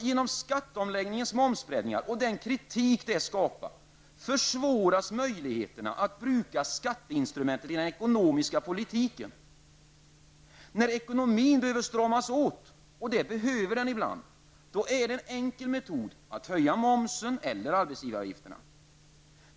Genom skatteomläggningens momsbreddningar och den kritik detta har skapat försvåras möjligheterna att bruka skatteinstrumentet i den ekonomiska politiken. När ekonomin behöver stramas åt -- och det behöver den ibland -- då är en enkel metod att höja momsen eller arbetsgivaravgifterna.